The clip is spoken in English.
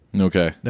Okay